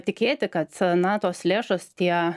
tikėti kad na tos lėšos tie